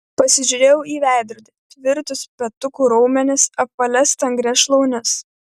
pasižiūrėjau į veidrodį tvirtus petukų raumenis apvalias stangrias šlaunis